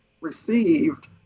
received